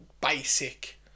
basic